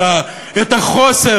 את החוסר,